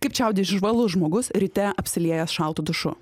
kaip čiaudi žvalus žmogus ryte apsiliejęs šaltu dušu